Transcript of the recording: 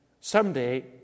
someday